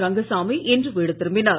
ரங்கசாமி இன்று வீடு திரும்பினார்